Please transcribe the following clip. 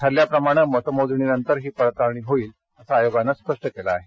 ठरल्याप्रमाणे मतमोजणीनंतर ही पडताळणी होईल असं आयोगानं म्हटलं आहे